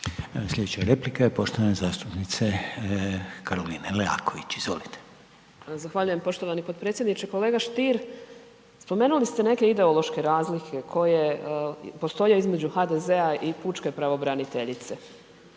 Slijedeće replike poštovane zastupnice Karoline Leaković, izvolite. **Leaković, Karolina (SDP)** Zahvaljujem poštovani potpredsjedniče. Kolega Stier, spomenuli ste neke ideološke razlike koje postoje između HDZ-a i pučke pravobraniteljice.